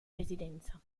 residenza